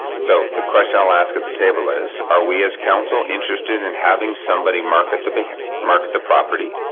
so the question i'll ask at the table is are we as council interested in and having somebody market the but market the property?